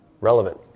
relevant